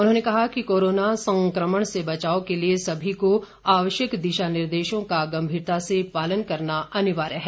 उन्होंने कहा कि कोरोना संक्रमण से बचाव के लिए सभी को आवश्यक दिशा निर्देशों का गंभीरता से पालन करना अनिवार्य है